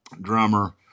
drummer